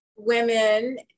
Women